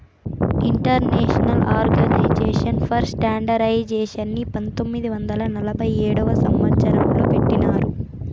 international organisation for స్టాండర్డయిజేషన్ని పంతొమ్మిది వందల నలభై ఏడవ సంవచ్చరం లో పెట్టినారు